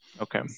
Okay